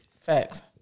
facts